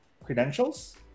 credentials